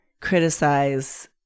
criticize